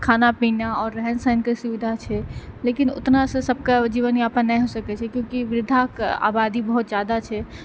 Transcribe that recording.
खाना पीना और रहन सहनके सुविधा छै लेकिन ओतना से सबके जीवनयापन नहि हो सकै छै कियाकि वृद्धाके आबादी बहुत जादा छै